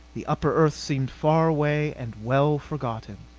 the upper earth seemed far away and well forgotten.